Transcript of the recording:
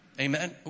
Amen